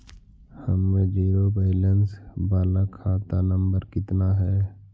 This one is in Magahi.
हमर जिरो वैलेनश बाला खाता नम्बर कितना है?